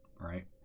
Right